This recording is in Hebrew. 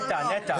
זה נת"ע.